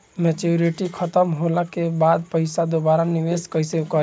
Maturity खतम होला के बाद पईसा दोबारा निवेश कइसे करेम?